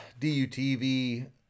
DUTV